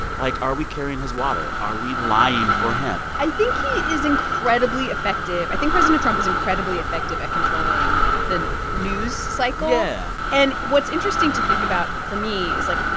like, are we carrying his water? are we lying for him? i think he is incredibly effective. i think president trump is incredibly effective at controlling the news cycle yeah and what's interesting to think about for me is, like,